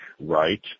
right